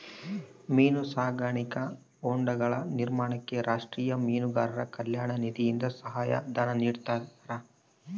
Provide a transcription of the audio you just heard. ಮೀನು ಸಾಕಾಣಿಕಾ ಹೊಂಡಗಳ ನಿರ್ಮಾಣಕ್ಕೆ ರಾಷ್ಟೀಯ ಮೀನುಗಾರರ ಕಲ್ಯಾಣ ನಿಧಿಯಿಂದ ಸಹಾಯ ಧನ ನಿಡ್ತಾರಾ?